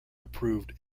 approved